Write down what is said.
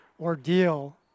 ordeal